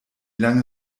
lange